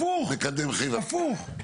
הפוך, הפוך.